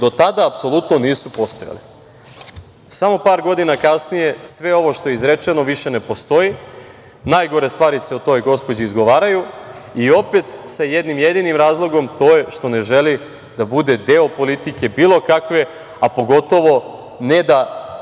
do tada, apsolutno nisu postojali“.Samo par godina kasnije sve ovo što je izrečeno više ne postoji, najgore stvari se o toj gospođi izgovaraju i opet sa jednim jedinim razlogom, a to je što ne želi da bude deo politike bilo kakve, a pogotovo ne da